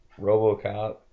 RoboCop